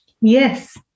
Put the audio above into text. Yes